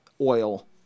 oil